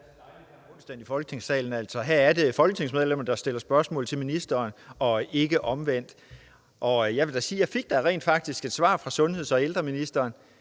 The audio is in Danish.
altså er folketingsmedlemmer, der stiller spørgsmål til ministre, og ikke omvendt. Jeg vil da sige, at jeg rent faktisk fik et svar fra sundheds- og ældreministeren,